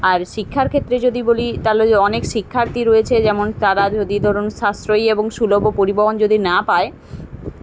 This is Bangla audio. আর শিক্ষার ক্ষেত্রে যদি বলি তাহলে ওই যে অনেক শিক্ষার্থী রয়েছে যেমন তারা যদি ধরুন সাশ্রয়ী এবং সুলভ ও পরিবহন যদি না পায়